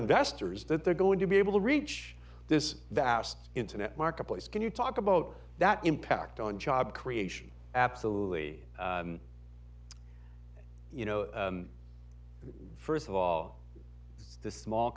investors that they're going to be able to reach this vast internet marketplace can you talk about that impact on job creation absolutely you know first of all the small